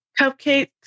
cupcakes